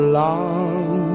long